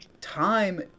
time